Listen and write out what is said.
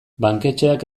banketxeak